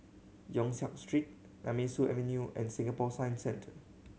Yong Siak Street Nemesu Avenue and Singapore Science Centre